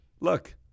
Look